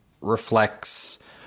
reflects